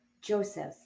Joseph